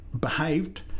behaved